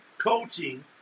coaching